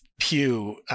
Pew